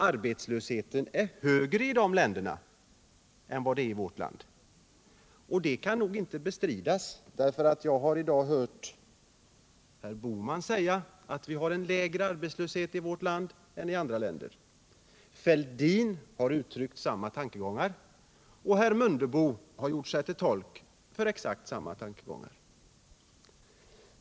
Arbetslösheten är högre i de länderna än i vårt land. Det kan nog inte bestridas, och jag har i dag hört herr Bohman säga att vi har en lägre arbetslöshet i vårt land än man har i andra länder. Herr Fälldin har uttryckt samma tankegångar liksom också herr Mundebo.